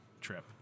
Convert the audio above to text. trip